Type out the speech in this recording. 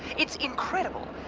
it's incredible,